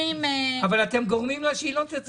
אבל אתם גורמים לה שהיא לא תצא.